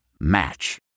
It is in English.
Match